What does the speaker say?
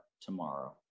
tomorrow